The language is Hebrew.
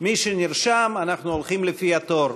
מי שנרשם, אנחנו הולכים לפי התור.